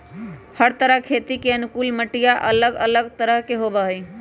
हर तरह खेती के अनुकूल मटिया अलग अलग तरह के होबा हई